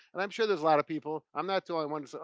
and i'm sure there's a lot of people. i'm not the only one.